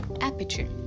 aperture